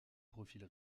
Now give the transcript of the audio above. profil